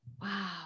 Wow